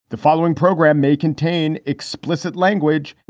the following program may contain explicit language